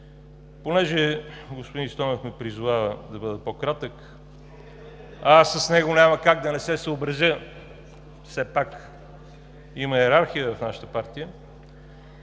Понеже господин Стойнев ме призова да бъда по-кратък, а аз с него няма как да не се съобразя, все пак има йерархия в нашата партия,